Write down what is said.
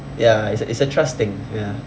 ya it's a it's a trust thing ya